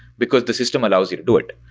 because the system allows you to do it.